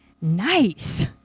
nice